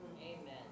Amen